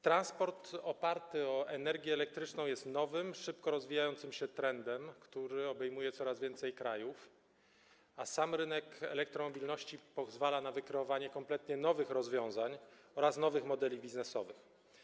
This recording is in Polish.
Transport oparty na energii elektrycznej jest nowym, szybko rozwijającym się trendem, który obejmuje coraz więcej krajów, a sam rynek elektromobilności pozwala na wykreowanie kompletnie nowych rozwiązań oraz nowych modeli biznesowych.